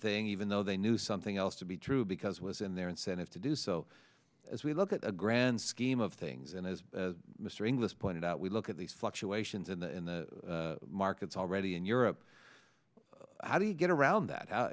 thing even though they knew something else to be true because was in their incentive to do so as we look at the grand scheme of things and as mr inglis pointed out we look at these fluctuations in the markets already in europe how do you get around that